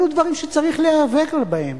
אלו דברים שצריך להיאבק בהם,